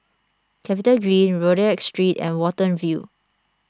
CapitaGreen Rodyk Street and Watten View